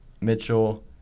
Mitchell